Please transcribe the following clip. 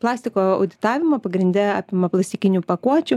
plastiko auditavimo pagrinde apima plasikinių pakuočių